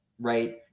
right